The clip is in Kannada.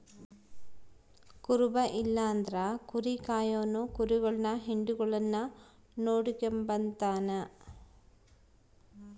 ಕುರುಬ ಇಲ್ಲಂದ್ರ ಕುರಿ ಕಾಯೋನು ಕುರಿಗುಳ್ ಹಿಂಡುಗುಳ್ನ ನೋಡಿಕೆಂಬತಾನ